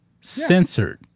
censored